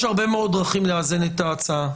יש הרבה מאוד דרכים לאזן את ההצעה,